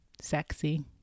sexy